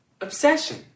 obsession